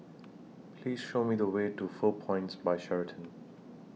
Please Show Me The Way to four Points By Sheraton